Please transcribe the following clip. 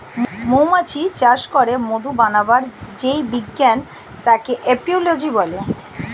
মৌমাছি চাষ করে মধু বানাবার যেই বিজ্ঞান তাকে এপিওলোজি বলে